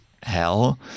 hell